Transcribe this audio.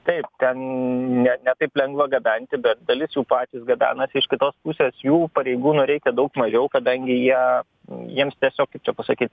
taip ten ne ne taip lengva gabenti bet dalis jų patys gabenasi iš kitos pusės jų pareigūnų reikia daug mažiau kadangi jie jiems tiesiog kaip čia pasakyt